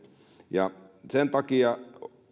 sen takia